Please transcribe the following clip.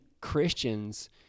Christians